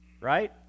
Right